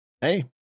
hey